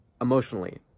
emotionally